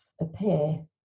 Appear